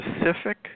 specific